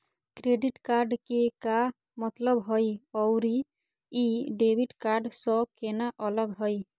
Credit card के का मतलब हई अरू ई डेबिट कार्ड स केना अलग हई?